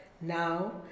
Now